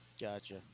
Gotcha